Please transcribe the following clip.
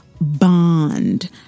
bond